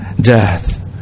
death